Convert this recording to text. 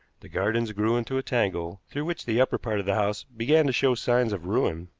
the gardens grew into a tangle, through which the upper part of the house began to show signs of ruin.